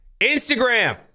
Instagram